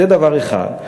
זה דבר אחד.